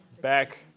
back